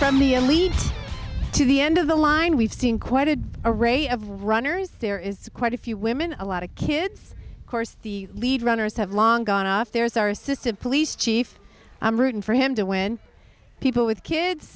from the elite to the end of the line we've seen quite a a ray of runners there is quite a few women a lot of kids course the lead runners have long gone off there is our assistant police chief i'm rooting for him to win people with kids